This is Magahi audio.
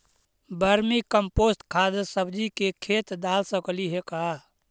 वर्मी कमपोसत खाद सब्जी के खेत दाल सकली हे का?